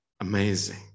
Amazing